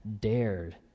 dared